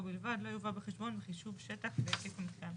בלבד לא יובא בחשבון בחישוב שטח והיקף המיתקן.